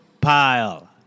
pile